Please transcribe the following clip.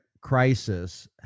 crisis